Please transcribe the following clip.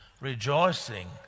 rejoicing